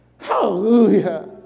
Hallelujah